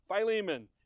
Philemon